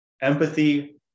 empathy